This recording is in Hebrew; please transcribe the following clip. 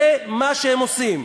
זה מה שהם עושים.